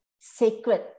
sacred